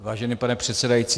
Vážený pane předsedající.